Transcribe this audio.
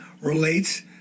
relates